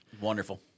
Wonderful